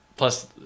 Plus